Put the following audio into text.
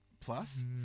Plus